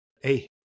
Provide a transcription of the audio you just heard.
Hey